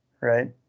right